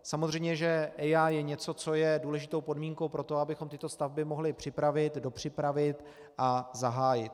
Samozřejmě že EIA je něco, co je důležitou podmínkou pro to, abychom tyto stavby mohli připravit, dopřipravit a zahájit.